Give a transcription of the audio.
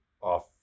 off